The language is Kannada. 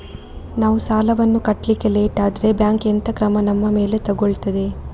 ನಾವು ಸಾಲ ವನ್ನು ಕಟ್ಲಿಕ್ಕೆ ಲೇಟ್ ಆದ್ರೆ ಬ್ಯಾಂಕ್ ಎಂತ ಕ್ರಮ ನಮ್ಮ ಮೇಲೆ ತೆಗೊಳ್ತಾದೆ?